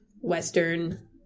Western